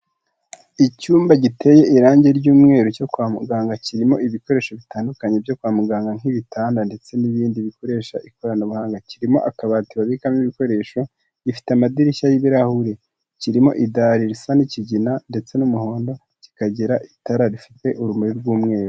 Icyumba giteye irangi ry'umweru cyo kwa muganga kirimo ibikoresho bitandukanye byo kwa muganga nk'ibitanda ndetse n'ibindi bikoresha ikoranabuhanga, kirimo akabati babikamo ibikoresho, gifite amadirishya y'ibirahure, kirimo idari risa n'ikigina ndetse n'umuhondo, kikagira itara rifite urumuri rw'umweru.